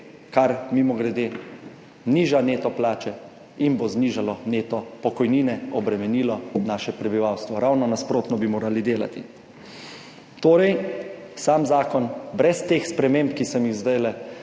kar mimogrede niža neto plače in bo znižalo neto pokojnine, obremenilo naše prebivalstvo. Ravno nasprotno bi morali delati. Torej, sam zakon brez teh sprememb, ki sem jih zdajle